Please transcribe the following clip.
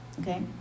okay